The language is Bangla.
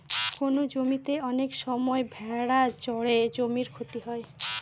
কোনো জমিতে অনেক সময় ভেড়া চড়ে জমির ক্ষতি হয়